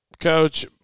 Coach